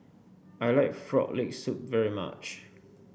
I like Frog Leg Soup very much